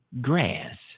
grass